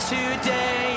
Today